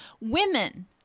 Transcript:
Women